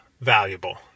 valuable